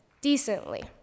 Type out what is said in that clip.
decently